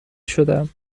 شدم